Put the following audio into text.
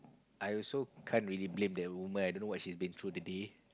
I also can't really blame that old woman I don't know what she's been through the day